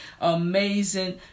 amazing